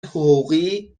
حقوقی